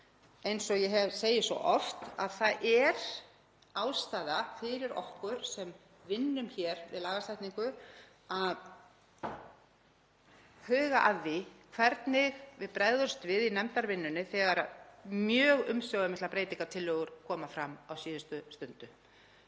eins og ég segi svo oft, að það er ástæða fyrir okkur sem vinnum hér við lagasetningu að huga að því hvernig við bregðumst við í nefndarvinnunni þegar mjög umsvifamiklar breytingartillögur koma fram á síðustu stundu.